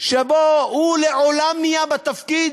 שבו הוא לעולם יהיה בתפקיד,